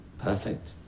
Perfect